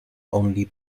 only